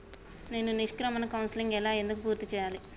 నేను నిష్క్రమణ కౌన్సెలింగ్ ఎలా ఎందుకు పూర్తి చేయాలి?